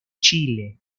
chile